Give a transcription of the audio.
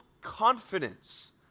confidence